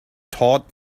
taught